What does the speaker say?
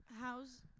how's